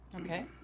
Okay